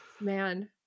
man